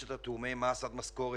לרוב לא השקעות עצמיות,